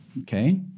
okay